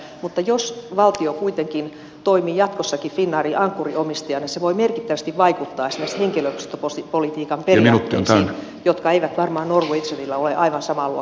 mutta jos valtio kuitenkin toimii jatkossakin finnairin ankkuriomistajana se voi merkittävästi vaikuttaa esimerkiksi henkilöstöpolitiikan periaatteisiin jotka eivät varmaan norwegianilla ole aivan samaa luokkaa kuin finnairilla